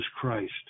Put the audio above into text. Christ